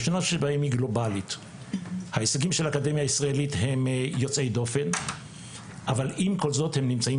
וכמובן ברכות ליוסי, שאני רק